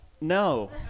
No